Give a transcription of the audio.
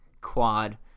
quad